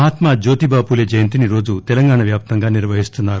Mahatma Jyotiba Phule జయంతిని ఈ రోజు తెలంగాణా వ్యాప్తం గా నిర్వహిస్తున్నారు